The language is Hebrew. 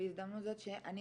בהזדמנות הזאת שאני